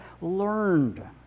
learned